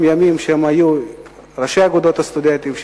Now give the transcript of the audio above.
ימים שהם היו ראשי אגודות הסטודנטים,